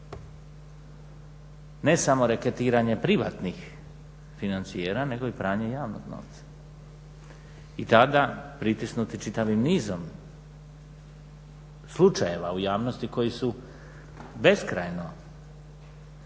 Ne samo reketiranje privatnih financijera nego i pranje javnog novca. I tada pritisnuti čitavim nizom slučajeva u javnosti koji su beskrajno